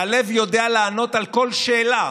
הלב יודע לענות על כל שאלה